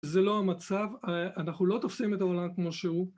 זה לא המצב, אנחנו לא תופסים את העולם כמו שהוא.